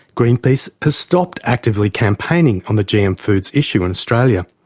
greenpeace has stopped actively campaigning on the gm foods issue in australia.